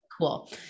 Cool